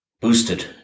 boosted